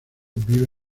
vive